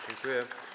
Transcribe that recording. Dziękuję.